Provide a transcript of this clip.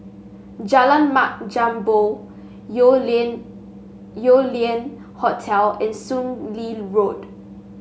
Jalan Mat Jambol Yew Lian Yew Lian Hotel and Soon Lee Road